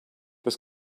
this